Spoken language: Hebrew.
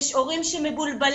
יש הורים שמבולבלים,